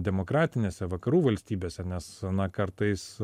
demokratinėse vakarų valstybėse nes na kartais